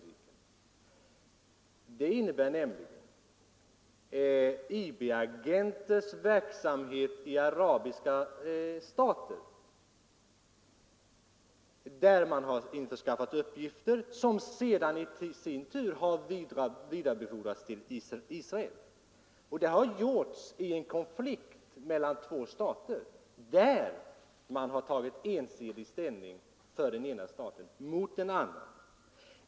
Det är nämligen innebörden av IB-agenters verksamhet i arabiska stater. Dessa agenter har där införskaffat uppgifter som sedan vidarebefordrats till Israel. Detta har gjorts i en pågående konflikt mellan två stater, där man har tagit ensidig ställning för den ena staten mot den andra.